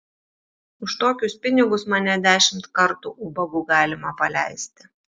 už tokius pinigus mane dešimt kartų ubagu galima paleisti